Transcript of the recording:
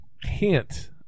hint